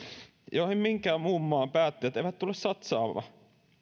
joihin minkään muun maan päättäjät eivät tule satsaamaan